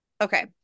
Okay